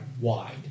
wide